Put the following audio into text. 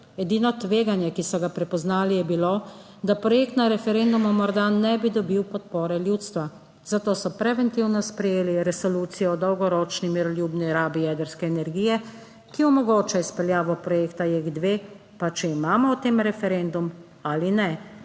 Edino tveganje, ki so ga prepoznali, je bilo, da projekt na referendumu morda ne bi dobil podpore ljudstva, zato so preventivno sprejeli resolucijo o dolgoročni miroljubni rabi jedrske energije, ki omogoča izpeljavo projekta JEK 2 pa če imamo o tem referendum ali ne,